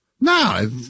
No